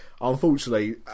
unfortunately